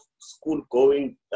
school-going